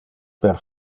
per